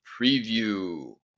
preview